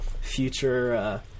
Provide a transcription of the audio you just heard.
future